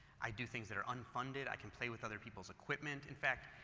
i do things that are unfunded, i can play with other people's equipment in fact,